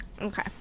Okay